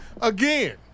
Again